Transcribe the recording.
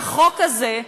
החוק הזה,